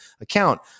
account